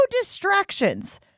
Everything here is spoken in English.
distractions